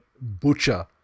butcher